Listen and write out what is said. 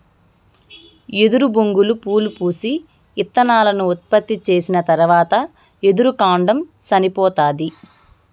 ఎదురు బొంగులు పూలు పూసి, ఇత్తనాలను ఉత్పత్తి చేసిన తరవాత ఎదురు కాండం సనిపోతాది